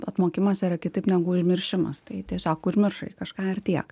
atmokimas yra kitaip negu užmiršimas tai tiesiog užmiršai kažką ir tiek